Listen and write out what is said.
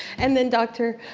and then dr.